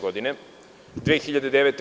Godine 2009.